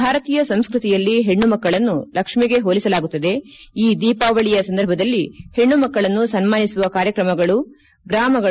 ಭಾರತೀಯ ಸಂಸ್ಕತಿಯಲ್ಲಿ ಹೆಣ್ಣು ಮಕ್ಕಳನ್ನು ಲಕ್ಷಿಗೆ ಹೋಲಿಸಲಾಗುತ್ತದೆ ಈ ದೀಪಾವಳಿಯ ಸಂದರ್ಭದಲ್ಲಿ ಹೆಣ್ಣು ಮಕ್ಕಳನ್ನು ಸನ್ಮಾನಿಸುವ ಕಾರ್ಯಕ್ರಮಗಳು ಗ್ರಾಮಗಳು